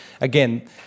again